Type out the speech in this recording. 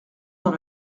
dans